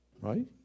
Right